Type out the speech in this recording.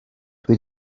dwi